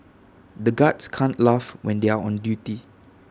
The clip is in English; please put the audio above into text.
the guards can't laugh when they are on duty